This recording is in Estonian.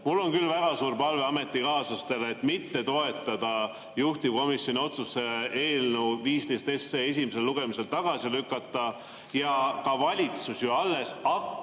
Mul on küll väga suur palve ametikaaslastele, et mitte toetada juhtivkomisjoni otsust eelnõu 15 esimesel lugemisel tagasi lükata. Ka valitsus ju alles hakkab